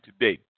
today